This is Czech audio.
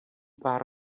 pár